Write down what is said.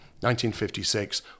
1956